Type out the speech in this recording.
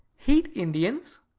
hate indians?